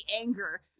anger